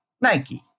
Nike